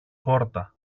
πόρτα